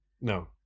No